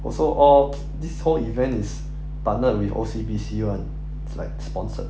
also all this whole event is partnered with O_C_B_C [one] it's like sponsored